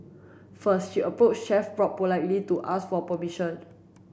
first she approached Chef Bob politely to ask for permission